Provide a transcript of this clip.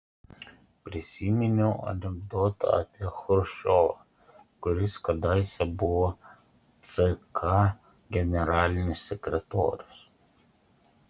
prisiminiau anekdotą apie chruščiovą kuris kadaise buvo ck generalinis sekretorius